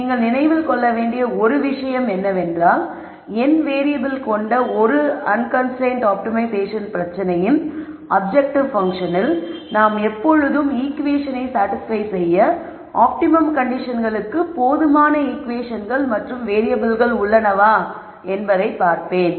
நீங்கள் நினைவில் கொள்ள வேண்டிய ஒரு விஷயம் என்னவென்றால் n வேறியபிள் கொண்ட ஒரு அன்கன்ஸ்டரைன்ட் ஆப்டிமைசேஷன் பிரச்சனையின் அப்ஜெக்ட்டிவ் பன்ஃசனில் நான் எப்பொழுதும் ஈகுவேஷனை சாடிஸ்பய் செய்ய ஆப்டிமம் கண்டிஷன்களுக்கு போதுமான ஈகுவேஷன்கள் மற்றும் வேறியபிள்கள் உள்ளனவா என்பதை பார்ப்பேன்